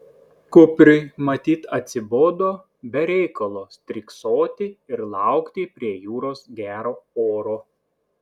kupriui matyt atsibodo be reikalo stirksoti ir laukti prie jūros gero oro